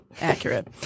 accurate